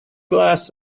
glass